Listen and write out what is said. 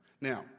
Now